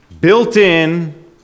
built-in